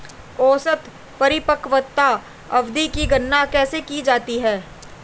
औसत परिपक्वता अवधि की गणना कैसे की जाती है?